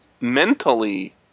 mentally